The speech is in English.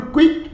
Quick